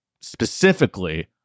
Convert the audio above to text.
specifically